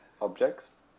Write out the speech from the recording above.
objects